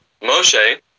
Moshe